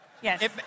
Yes